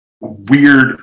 weird